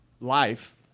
life